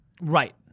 right